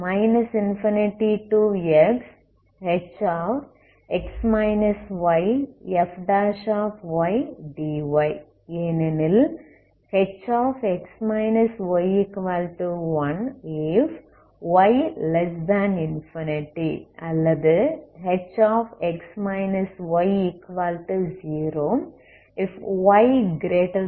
ஏனெனில் Hx y1 if yx else H0 if yx